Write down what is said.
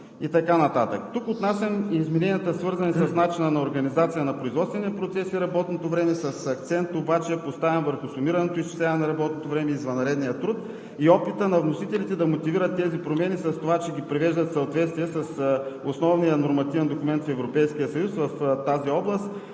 Тук отнасям измененията, свързани с начина на организация на производствения процес и работното време. Акцент обаче поставям върху сумираното изчисляване на работното време и извънредния труд и опита на вносителите да мотивират тези промени с това, че ги привеждат в съответствие с основния нормативен документ в Европейския